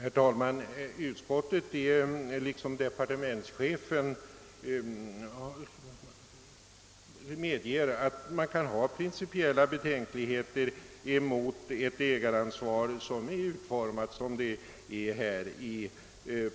Herr talman! Utskottsmajoriteten liksom departementschefen medger att man kan ha principiella betänkligheter emot ett ägaransvar som är utformat såsom i